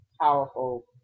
powerful